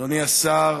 אדוני השר,